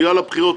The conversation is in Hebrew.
בגלל הבחירות,